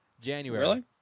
January